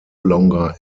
longer